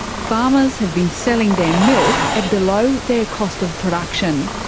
farmers have been selling their milk at below their cost of production.